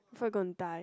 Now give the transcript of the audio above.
so you gonna die